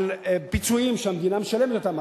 על פיצויים שהמדינה משלמת לי אותם,